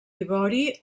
ivori